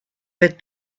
but